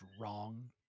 wrong